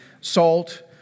salt